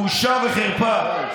בושה וחרפה.